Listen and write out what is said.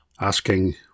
asking